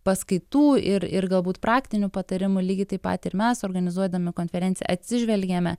paskaitų ir ir galbūt praktinių patarimų lygiai taip pat ir mes organizuodami konferenciją atsižvelgiame